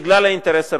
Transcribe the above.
בגלל האינטרס הרוסי.